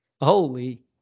Holy